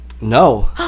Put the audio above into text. No